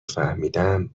فهمیدم